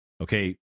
okay